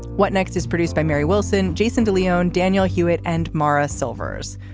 what next is produced by mary wilson jason de leon daniel hewett and morra silvers.